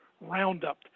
Roundup